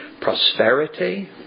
prosperity